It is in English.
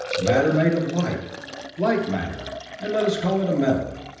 matter made of light light matter and let us call it a metal.